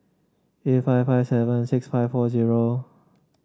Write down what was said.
eight five five seven six five four zero